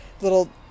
little